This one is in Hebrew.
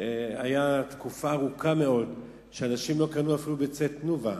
היתה תקופה ארוכה מאוד שאנשים לא קנו אפילו ביצי "תנובה",